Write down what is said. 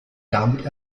damit